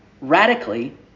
radically